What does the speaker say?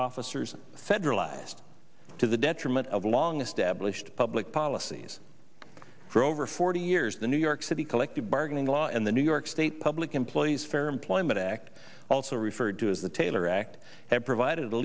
officers federalized to the detriment of long established public policies for over forty years the new york city collective bargaining law and the new york state public employees fair employment act also referred to as the taylor act have provided